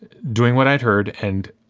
doing what i'd heard and